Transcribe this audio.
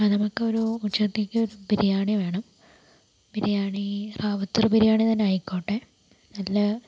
ആ നമുക്ക് ഒരു ഉച്ചത്തേക്ക് ഒരു ബിരിയാണി വേണം ബിരിയാണി റാവത്തർ ബിരിയാണി തന്നെ ആയിക്കോട്ടെ നല്ല